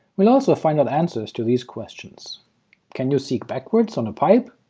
we'll also find out answers to these questions can you seek backwards on a pipe?